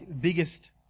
biggest